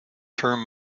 term